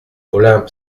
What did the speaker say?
olympe